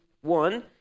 one